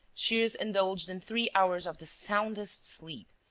shears indulged in three hours of the soundest sleep,